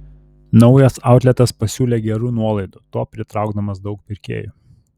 naujas autletas pasiūlė gerų nuolaidų tuo pritraukdamas daug pirkėjų